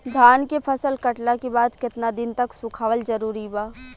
धान के फसल कटला के बाद केतना दिन तक सुखावल जरूरी बा?